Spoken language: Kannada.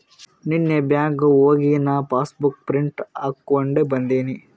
ನೀನ್ನೇ ಬ್ಯಾಂಕ್ಗ್ ಹೋಗಿ ನಾ ಪಾಸಬುಕ್ ಪ್ರಿಂಟ್ ಹಾಕೊಂಡಿ ಬಂದಿನಿ